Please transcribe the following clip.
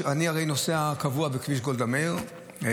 אני הרי נוסע קבוע בכביש גולדה מאיר,